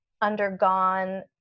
undergone